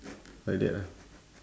like that ah